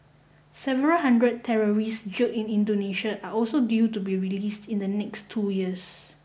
several hundred terrorists jailed in Indonesia are also due to be released in the next two years